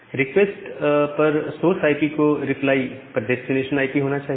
request पर source IP को reply पर डेस्टिनेशन आईपी होना चाहिए